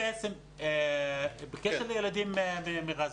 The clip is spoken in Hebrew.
בקשר לילדים מעזה,